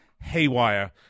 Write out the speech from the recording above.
haywire